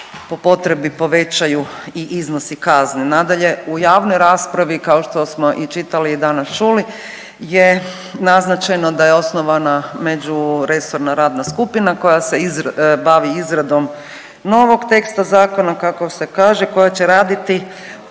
po potrebi povećaju i iznosi kazne. Nadalje, u javnoj raspravi kao što smo i čitali i danas čuli je naznačeno da je osnovana međuresorna radna skupina koja se bavi izradom novog teksta zakona kako se kaže koja će raditi